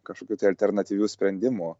kažkokių tai alternatyvių sprendimų